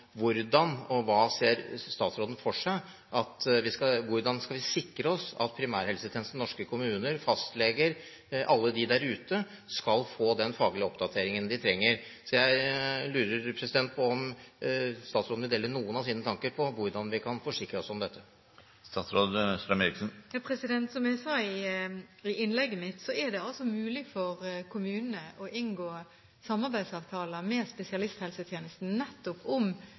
Hvordan ser statsråden for seg at vi skal sikre oss at primærhelsetjenesten i norske kommuner, fastleger og alle de der ute skal få den faglige oppdateringen de trenger? Jeg lurer på om statsråden vil dele noen av sine tanker om hvordan vi kan forsikre oss om dette. Som jeg sa i innlegget mitt, er det altså mulig for kommunene å inngå samarbeidsavtaler med spesialisthelsetjenesten nettopp om